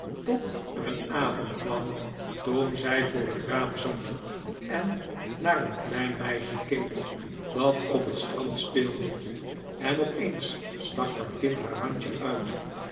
tot er een avond kwam toen zij voor het raam zat en naar een klein meisje keek dat op het strand speelde en opeens stak dat kind haar handje uit